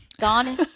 gone